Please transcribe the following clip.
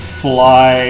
fly